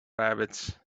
rabbits